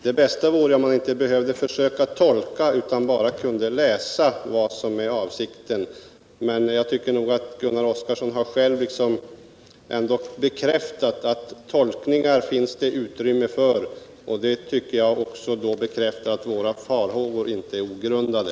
Det bästa vore om man inte behövde försöka tolka utan bara kunde läsa vad som är avsikten. Jag tycker att Gunnar Oskarson själv har bekräftat att det finns utrymme för tolkningar, och det bekräftar i sin tur att våra farhågor inte är ogrundade.